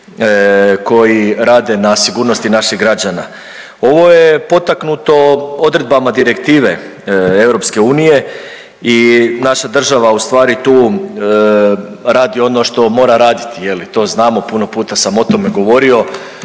koji rade na sigurnosti naših građana. Ovo je poteknuto odredbama direktive EU i naša država ustvari tu radi ono što mora raditi, je li, to znamo, puno puta sam o tome govorio